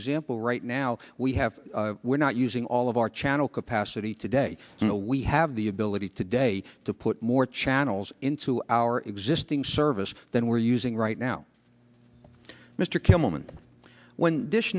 example right now we have we're not using all of our channel capacity today we have the ability today to put more channels into our existing service than we're using right now mr kimmelman when dish